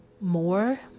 more